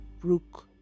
Brook